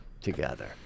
together